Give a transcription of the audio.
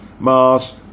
mars